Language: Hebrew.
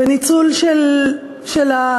בניצול של האדמה,